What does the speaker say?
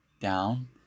down